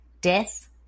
death